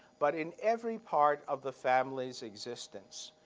but in every part of the family's existence.